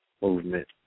movement